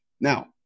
Now